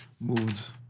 moved